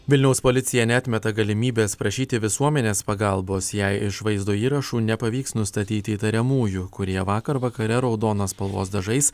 vilniaus policija neatmeta galimybės prašyti visuomenės pagalbos jei iš vaizdo įrašų nepavyks nustatyti įtariamųjų kurie vakar vakare raudonos spalvos dažais